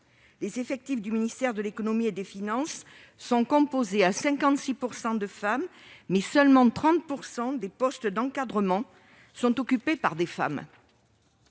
Les effectifs du ministère de l'économie, des finances et de la relance sont composés à 56 % de femmes, mais seulement 30 % des postes d'encadrement sont occupés par des femmes.